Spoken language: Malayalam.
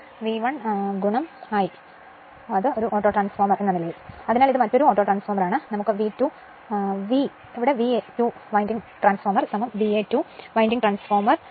അതിനാൽ ഇതൊരു ഓട്ടോട്രാൻസ്ഫോർമർ ആണ് അതിനാൽ നമുക്ക് VA 2 winding transformer VA 2 winding transformer V1 V2 I1 വന്നാൽ ഇവിടെ എഴുതാം